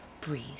breathe